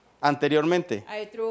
anteriormente